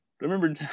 remember